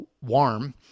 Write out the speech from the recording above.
warm